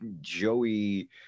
Joey